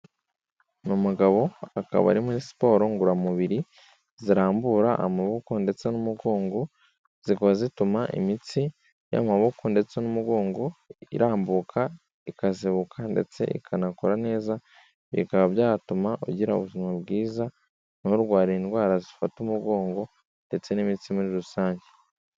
Ni umugabo akaba ari muri siporo ngororamubiri, zirambura amaboko ndetse n'umugongo, zikaba zituma imitsi y'amaboko ndetse n'umugongo irambuka, ikazibuka ndetse ikanakora neza, bikaba byatuma ugira ubuzima bwiza, nturware indwara zifata umugongo ndetse n'imitsi muri rusange.